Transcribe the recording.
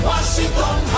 Washington